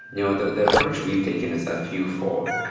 you know the the approach we've taken is a few fold.